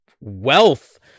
wealth